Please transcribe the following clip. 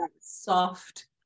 soft